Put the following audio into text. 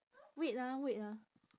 wait ah wait ah